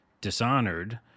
Dishonored